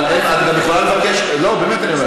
אבל את גם יכולה לבקש, לא, באמת אני אומר.